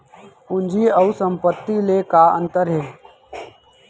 पूंजी अऊ संपत्ति ले का अंतर हे?